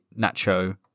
Nacho